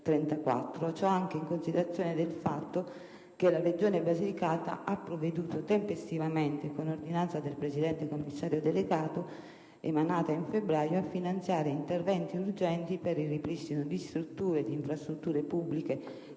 Ciò anche in considerazione del fatto che la Regione Basilicata ha provveduto tempestivamente, con ordinanza del Presidente commissario delegato, emanata in febbraio, a finanziare interventi urgenti per il ripristino di strutture e infrastrutture pubbliche danneggiate